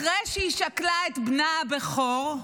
אחרי שהיא שכלה את בנה הבכור,